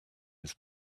his